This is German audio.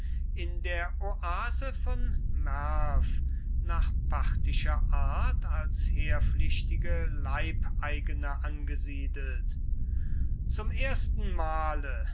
in der oase von merv nach parthischer art als heerpflichtige leibeigene angesiedelt zum ersten male